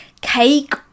cake